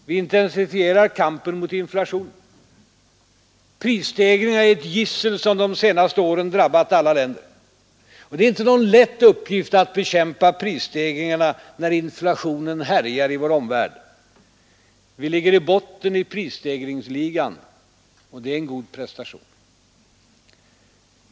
Vi intensifierar kampen mot inflationen. Prisstegringarna är ett gissel som de senaste åren drabbat alla länder. Och det är inte någon lätt uppgift att bekämpa prisstegringarna när inflationen härjar i vår omvärld. Vi ligger i botten av prisstegringsligan. Det är en god prestation.